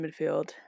midfield